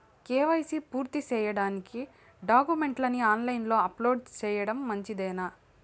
KYC పూర్తి సేయడానికి డాక్యుమెంట్లు ని ఆన్ లైను లో అప్లోడ్ సేయడం మంచిదేనా?